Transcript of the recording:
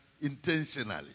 intentionally